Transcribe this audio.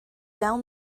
down